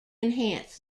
enhance